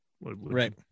Right